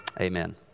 Amen